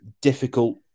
difficult